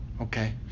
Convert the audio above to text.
Okay